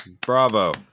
Bravo